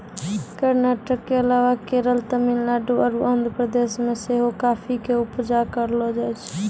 कर्नाटक के अलावा केरल, तमिलनाडु आरु आंध्र प्रदेश मे सेहो काफी के उपजा करलो जाय छै